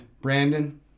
Brandon